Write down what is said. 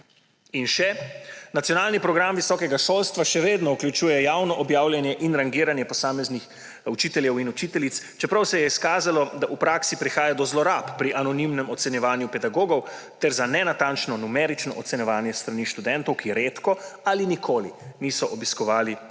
In še, Nacionalni program visokega šolstva še vedno vključuje javno objavljanje in rangiranje posameznih učiteljev in učiteljic, čeprav se je izkazalo, da v praksi prihaja do zlorab pri anonimnem ocenjevanju pedagogov ter za nenatančno numerično ocenjevanje s strani študentov, ki redko ali nikoli niso obiskovali